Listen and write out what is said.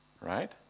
Right